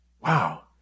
wow